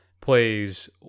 plays